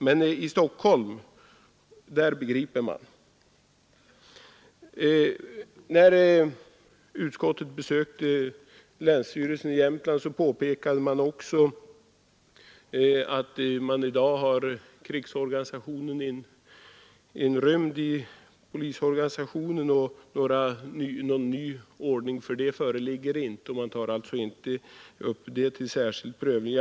Men i Stockholm, där begriper man! När utskottet besökte länsstyrelsen i Jämtlands län påpekades också att krigsorganisationen i dag är inrymd i polisorganisationen, och någon ny ordning för det föreligger inte. Den delen tas alltså inte upp till särskild prövning.